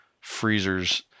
freezers